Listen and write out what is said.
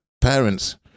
parents